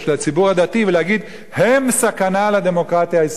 הדתי ולהגיד: הם סכנה לדמוקרטיה הישראלית.